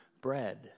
bread